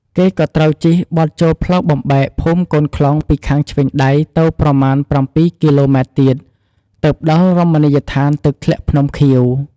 គេក៏ត្រូវជិះបត់ចូលផ្លូវបំបែកភូមិកូនខ្លុងពីខាងឆ្វេងដៃ ទៅប្រមាណ ៧គីឡូម៉ែត្រទៀត ទើបដល់រមណីយដ្ឋាន «ទឹកធ្លាក់ភ្នំខៀវ»។